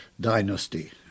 dynasty